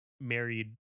married